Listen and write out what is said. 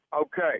Okay